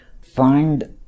find